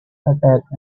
attack